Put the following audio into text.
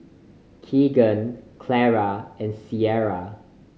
Keagan Clara and Ciara